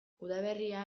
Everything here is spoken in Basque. udaberria